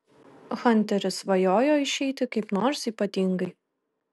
hunteris svajojo išeiti kaip nors ypatingai